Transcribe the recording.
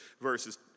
verses